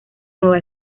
nueva